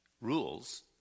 rules